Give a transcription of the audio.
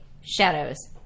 Shadows